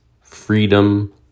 freedom